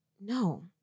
No